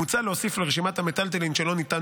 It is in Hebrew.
מוצע להוסיף לרשימת המיטלטלין שלא ניתן